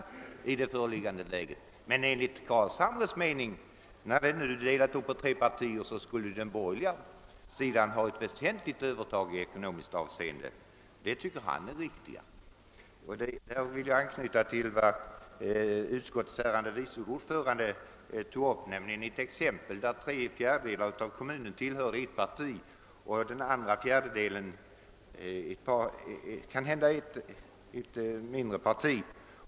Men med herr Carlshamres fördelning skulle den borgerliga sidan vid en delning på tre partier få ett väsentligt ekonomiskt övertag. Det tycker herr Carlshamre är riktigt. Där vill jag knyta an till det exempel som utskottets ärade vice ordförande tog, nämligen att tre fjärdedelar av kommunens medborgare tillhör samma parti och den återstående fjärdedelen ett mindre parti.